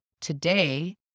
today